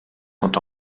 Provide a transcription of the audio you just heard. sont